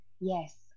yes